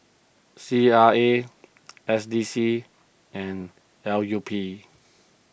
C R A S D C and L U P